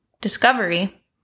discovery